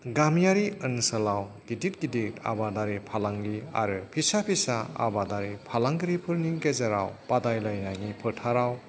गामियारि ओनसोलाव गिदिर गिदिर आबादारि फालांगिरि आरो फिसा फिसा आबादारि फालांगिरिफोरनि गेजेराव बादायलायनायनि फोथाराव